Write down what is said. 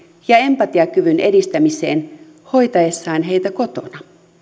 ja empatiakyvyn edistämiseen hoitaessaan heitä kotona